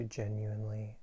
genuinely